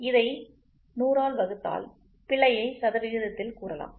இதை 100 ஆல் வகுத்தால் பிழையை சதவிகிதத்தில் கூறலாம்